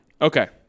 Okay